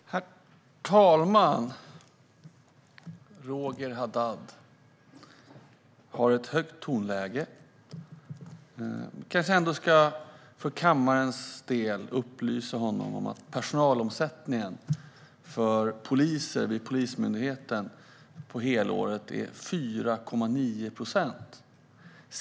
Herr talman! Roger Haddad har ett högt tonläge. Vi kanske ändå för kammarens skull ska upplysa honom om att personalomsättningen för poliser vid Polismyndigheten är 4,9 procent på ett helt år.